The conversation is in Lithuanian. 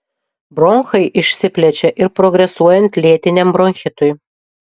bronchai išsiplečia ir progresuojant lėtiniam bronchitui